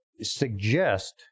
suggest